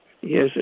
Yes